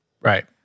Right